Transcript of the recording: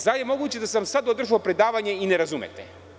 Zar je moguće da sam sada održao predavanje i da ne razumete?